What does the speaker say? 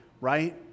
right